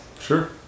Sure